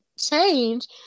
change